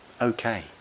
okay